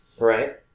Right